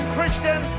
Christian